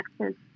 Texas